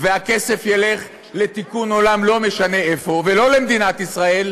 והכסף ילך לתיקון עולם לא משנה איפה ולא למדינת ישראל,